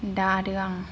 दा आरो आं